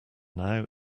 now